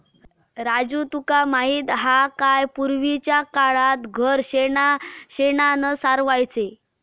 राजू तुका माहित हा काय, पूर्वीच्या काळात घर शेणानं सारवायचे